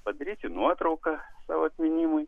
padaryti nuotrauką savo atminimui